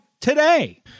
today